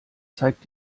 zeigt